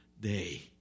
day